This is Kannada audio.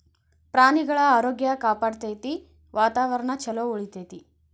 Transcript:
ಪ್ರಾಣಿಗಳ ಆರೋಗ್ಯ ಕಾಪಾಡತತಿ, ವಾತಾವರಣಾ ಚುಲೊ ಉಳಿತೆತಿ